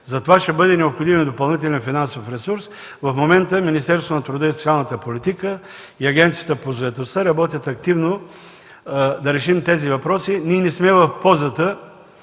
Затова ще бъде необходим и допълнителен финансов ресурс. В момента Министерството на труда и социалната политика и Агенцията по заетостта работят активно да решим тези въпроси. Ние не сме в позата